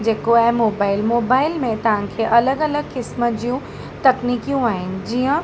जेको आहे mobile mobile में तव्हांखे अलॻि अलॻि क़िस्म जूं तकनीकियूं आहिनि जीअं